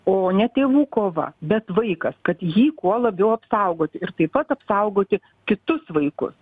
o ne tėvų kova bet vaikas kad jį kuo labiau apsaugoti ir taip pat apsaugoti kitus vaikus